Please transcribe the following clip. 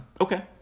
Okay